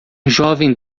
jovem